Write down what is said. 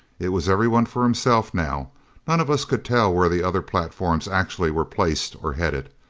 it was everyone for himself now none of us could tell where the other platforms actually were placed or headed.